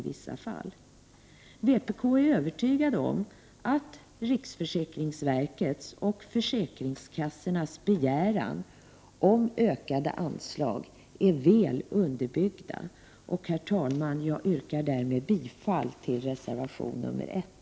Vi i vpk är övertygade om att riksförsäkringsverkets och försäkringskassornas begäran om ökade anslag är väl underbyggd. Herr talman! Jag yrkar härmed bifall till reservation nr 1.